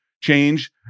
change